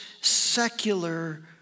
secular